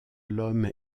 l’homme